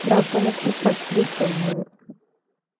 பிரபலத்தைப் பற்றி சொல்